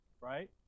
right